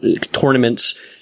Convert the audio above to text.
tournaments